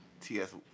TS